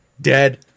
dead